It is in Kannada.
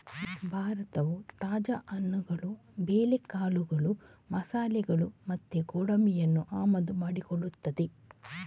ಭಾರತವು ತಾಜಾ ಹಣ್ಣುಗಳು, ಬೇಳೆಕಾಳುಗಳು, ಮಸಾಲೆಗಳು ಮತ್ತೆ ಗೋಡಂಬಿಯನ್ನ ಆಮದು ಮಾಡಿಕೊಳ್ತದೆ